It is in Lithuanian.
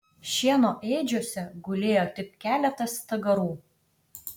šieno ėdžiose gulėjo tik keletas stagarų